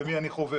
במי אני חובט.